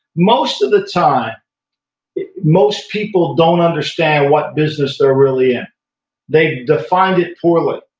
most of the time most people don't understand what business they're really in. they've defined it poorly,